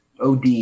OD